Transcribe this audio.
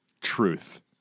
Truth